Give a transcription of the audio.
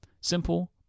Simple